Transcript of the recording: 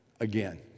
Again